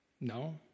no